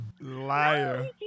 liar